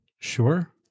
Sure